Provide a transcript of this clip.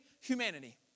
humanity